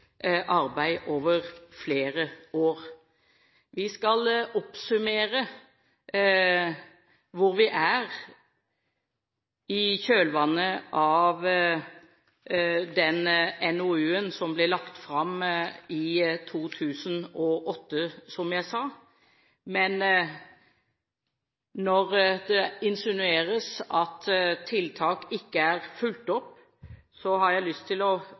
arbeid over flere år. Vi skal oppsummere hvor vi er, i kjølvannet av den NOU-en som ble lagt fram i 2008, som jeg sa. Når det insinueres at tiltak ikke er fulgt opp, har jeg lyst til å